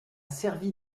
servi